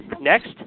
Next